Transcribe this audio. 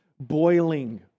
boiling